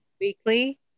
Weekly